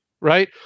right